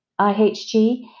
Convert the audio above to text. IHG